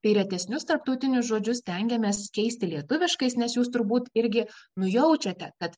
ir retesnius tarptautinius žodžius stengiamės keisti lietuviškais nes jūs turbūt irgi nujaučiate kad